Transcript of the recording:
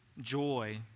joy